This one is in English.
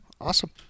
awesome